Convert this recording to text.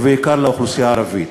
ובעיקר לאוכלוסייה הערבית.